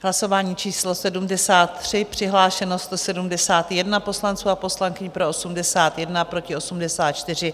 Hlasování číslo 73, přihlášeno 171 poslanců a poslankyň, pro 81, proti 84.